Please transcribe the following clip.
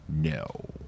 No